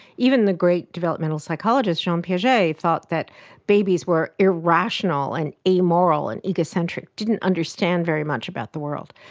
even the great developmental psychologist jean um piaget thought that babies were irrational and amoral and egocentric, didn't understand very much about the world.